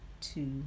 two